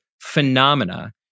phenomena